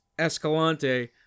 Escalante